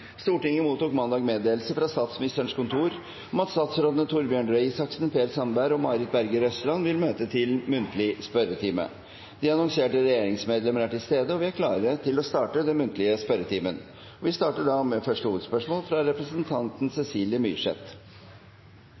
Stortinget mottok mandag meddelelse fra Statsministerens kontor om at statsrådene Torbjørn Røe Isaksen, Per Sandberg og Marit Berger Røsland vil møte til muntlig spørretime. De annonserte regjeringsmedlemmer er til stede, og vi er klare til å starte den muntlige spørretimen. Vi starter med første hovedspørsmål, fra representanten Cecilie Myrseth.